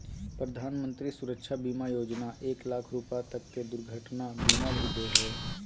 प्रधानमंत्री सुरक्षा बीमा योजना एक लाख रुपा तक के दुर्घटना बीमा भी दे हइ